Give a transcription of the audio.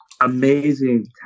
amazing